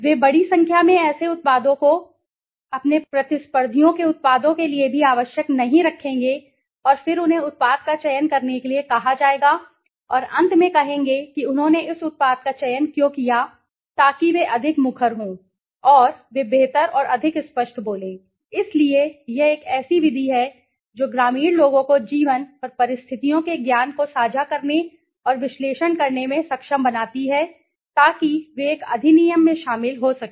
वे बड़ी संख्या में ऐसे उत्पादों को अपने उत्पादों को अपने प्रतिस्पर्धियों के उत्पादों के लिए भी आवश्यक नहीं रखेंगे और फिर उन्हें उत्पाद का चयन करने के लिए कहा जाएगा और अंत में कहेंगे कि उन्होंने इस उत्पाद का चयन क्यों किया ताकि वे अधिक मुखर हों और वे बेहतर और अधिक स्पष्ट बोलें इसलिए यह एक ऐसी विधि है जो ग्रामीण लोगों को जीवन और परिस्थितियों के ज्ञान को साझा करने और विश्लेषण करने में सक्षम बनाती है ताकि वे एक अधिनियम में शामिल हो सकें